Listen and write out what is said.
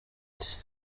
ate